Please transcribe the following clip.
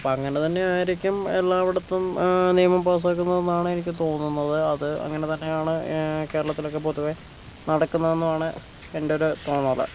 അപ്പോൾ അങ്ങനെ തന്നെയായിരിക്കും എല്ലായിടത്തും നിയമം പാസാക്കുന്നത് എന്നാണ് എനിക്കു തോന്നുന്നത് അത് അങ്ങനെ തന്നെയാണ് കേരളത്തിൽ ഒക്കെ പൊതുവേ നടക്കുന്നത് എന്നും ആണ് എൻ്റെ ഒരു തോന്നല്